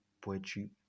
Poetry